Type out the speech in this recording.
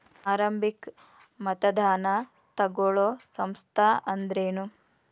ಆರಂಭಿಕ್ ಮತದಾನಾ ತಗೋಳೋ ಸಂಸ್ಥಾ ಅಂದ್ರೇನು?